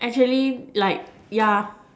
actually like yeah